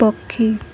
ପକ୍ଷୀ